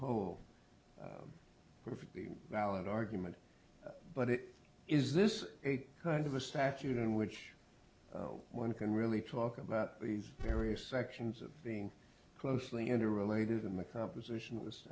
whole perfectly valid argument but it is this kind of a statute in which one can really talk about these various sections of being closely interrelated in the composition was